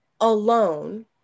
alone